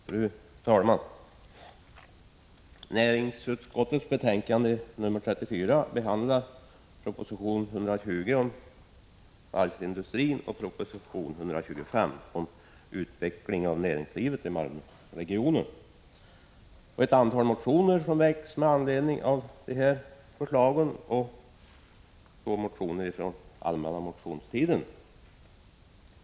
Fru talman! I näringsutskottets betänkande nr 34 behandlas proposition 120 om varvsindustrin och proposition 125 om utveckling av näringslivet i Malmöregionen, ett antal motioner som väckts med anledning av dessa propositioner och två motioner från allmänna motionstiden.